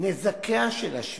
"נזקיה של השביתה",